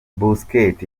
busquets